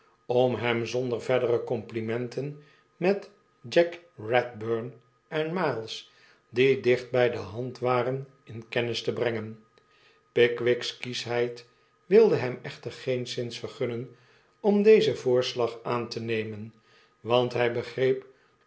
om hem zonder verdere complimenten met jack eedburn en miles die dicht bij de hand waren in kennis te brengen pickwick's kieschheid wilde hem echter geenszins vergunnen om dezen voorslag aan te nemen want hy begreep